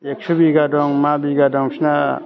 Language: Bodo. एकस' बिगा दं मा बिगा दं बिसिना